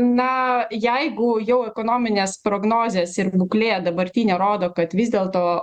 na jeigu jau ekonominės prognozės ir būklė dabartinė rodo kad vis dėlto